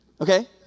Okay